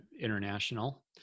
international